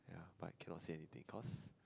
but cannot say anything cause